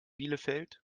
bielefeld